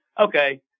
okay